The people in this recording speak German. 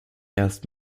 erst